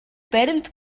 баримт